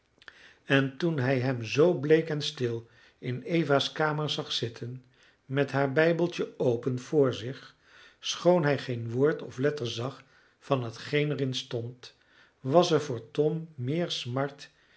en toen hij hem zoo bleek en stil in eva's kamer zag zitten met haar bijbeltje open voor zich schoon hij geen woord of letter zag van hetgeen er in stond was er voor tom meer smart